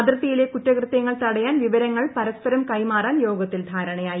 അതിർത്തിയിലെ കുറ്റകൃത്യങ്ങൾ തടയാൻ വിവരങ്ങൾ പരസ്പരം കൈമാറാൻ യോഗത്തിൽ ധാരണയായി